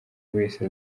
wese